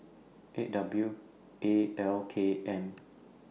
eight W A L K M